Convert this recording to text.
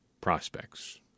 prospects